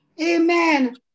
Amen